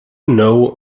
know